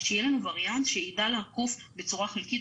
שיהיה לנו וריאנט שידע לעקוף בצורה חלקית